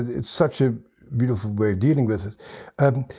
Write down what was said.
it's such a beautiful way of dealing with it.